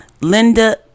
Linda